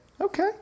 Okay